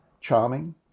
charming